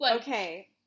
Okay